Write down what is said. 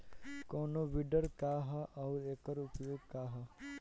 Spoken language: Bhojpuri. कोनो विडर का ह अउर एकर उपयोग का ह?